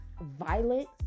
violent